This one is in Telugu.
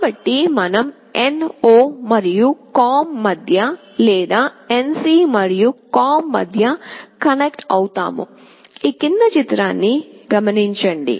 కాబట్టి మనం NO మరియు COM మధ్య లేదా NC మరియు COM మధ్య కనెక్ట్ అవుతాము